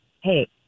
hey